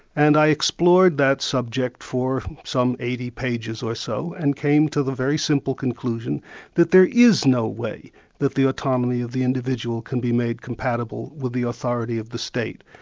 and i explored that subject for some eighty pages or so, and came to the very simple conclusion that there is no way that the autonomy of the individual can be made compatible with the authority of the state,